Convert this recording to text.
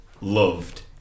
loved